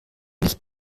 licht